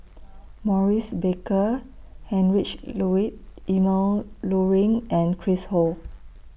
Maurice Baker Heinrich Ludwig Emil Luering and Chris Ho